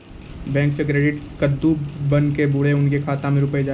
Bank से credit card बन के बुरे उनके खाता मे रुपिया जाएब?